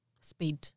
Speed